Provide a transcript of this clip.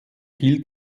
hielt